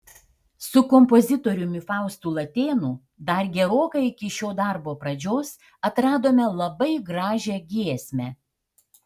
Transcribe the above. su kompozitoriumi faustu latėnu dar gerokai iki šio darbo pradžios atradome labai gražią giesmę